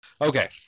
okay